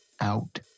Out